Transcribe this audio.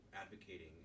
advocating